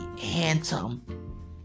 handsome